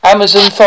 Amazon